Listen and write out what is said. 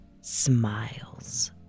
smiles